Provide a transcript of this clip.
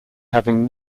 having